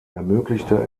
ermöglichte